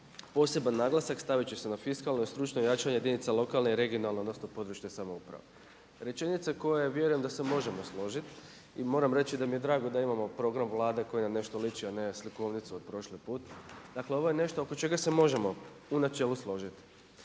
Poseban naglasak staviti će se na fiskalno i stručno jačanje jedinica lokalne i regionalne odnosno područne samouprave. Rečenica koja je, vjerujem da se možemo složiti i moram reći da mi je drago da imamo program Vlade koji na nešto liči a ne slikovnicu od prošli put, dakle ovo je nešto oko čega se možemo u načelu složiti.